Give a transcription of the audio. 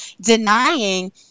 denying